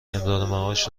امرارمعاش